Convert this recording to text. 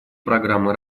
программы